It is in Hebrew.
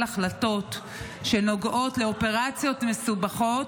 החלטות שנוגעות לאופרציות מסובכות,